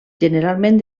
generalment